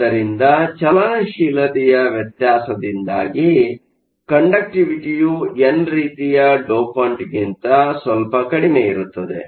ಆದ್ದರಿಂದ ಚಲನಶೀಲತೆಯ ವ್ಯತ್ಯಾಸದಿಂದಾಗಿ ಕಂಡಕ್ಟಿವಿಟಿಯು ಎನ್ ರೀತಿಯ ಡೋಪಂಟ್ಗಿಂತ ಸ್ವಲ್ಪ ಕಡಿಮೆ ಇರುತ್ತದೆ